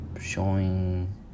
showing